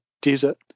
desert